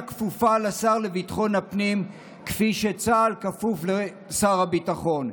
כפופה לשר לביטחון הפנים כפי שצה"ל כפוף לשר הביטחון,